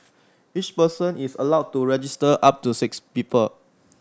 each person is allowed to register up to six people